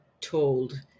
told